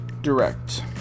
Direct